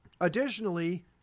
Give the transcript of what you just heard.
additionally